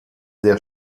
der